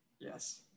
Yes